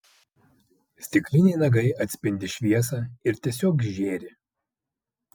stikliniai nagai atspindi šviesą ir tiesiog žėri